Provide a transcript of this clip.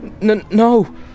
No